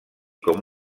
com